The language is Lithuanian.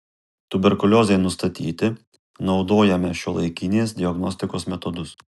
tuberkuliozei nustatyti naudojame šiuolaikinės diagnostikos metodus